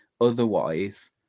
otherwise